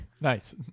Nice